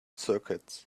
circuits